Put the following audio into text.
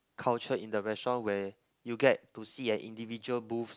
culture in the restaurant where you get to see an individual booth